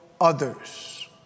others